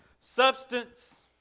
substance